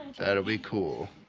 that'll be cool.